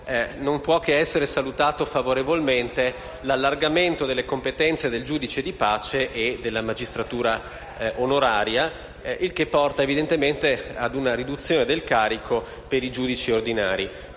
non può che essere salutato favorevolmente l'allargamento delle competenze del giudice di pace e della magistratura onoraria, il che porta, evidentemente, ad una riduzione del carico per i giudici ordinari.